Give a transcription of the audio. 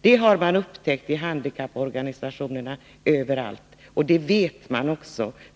Detta har man upptäckt i handikapporganisationerna överallt.